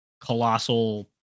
colossal